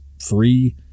free